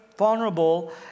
vulnerable